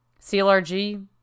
CLRG